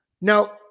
Now